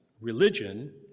religion